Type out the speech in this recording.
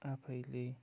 आफैले